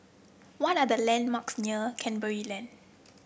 what are the landmarks near Canberra Lane